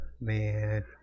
man